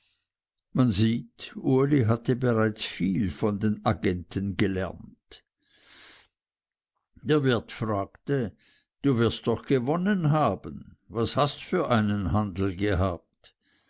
man sieht uli hatte bereits viel von den agenten gelernt der wirt fragte du wirst doch gewonnen haben was hast für einen handel gehabt